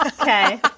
Okay